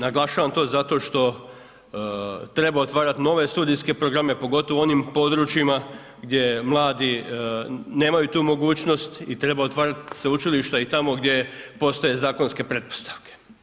Naglašavam to zato što treba otvarat nove studijske programe, pogotovo u onim područjima gdje mladi nemaju tu mogućnost i treba otvarati sveučilišta i tamo gdje postoje zakonske pretpostavke.